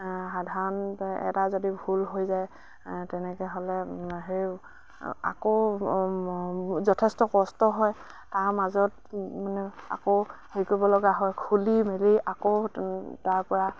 সাধাৰণতে এটা যদি ভুল হৈ যায় তেনেকৈ হ'লে সেই আকৌ যথেষ্ট কষ্ট হয় তাৰ মাজত মানে আকৌ হেৰি কৰিব লগা হয় খুলি মেলি আকৌ তাৰপৰা